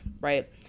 right